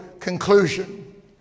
conclusion